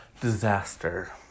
disaster